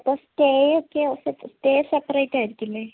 അപ്പോള് സ്റ്റേ ഒക്കെയോ സ്റ്റേ സെപ്പറേറ്റായിരിക്കില്ലേ